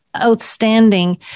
outstanding